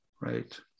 Right